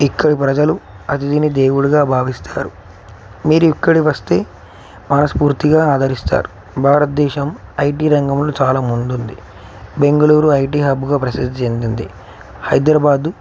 ఇక్కడి ప్రజలు అతిథిని దేవుడుగా భావిస్తారు మీరు ఇక్కడికి వస్తే మనస్ఫూర్తిగా ఆదరిస్తారు భారతదేశం ఐటీ రంగంలో చాలా ముందుంది బెంగళూరు ఐటీ హబ్బగా ప్రసిద్ధి చెందింది హైదరాబాద్